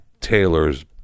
Taylor's